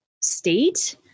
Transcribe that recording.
state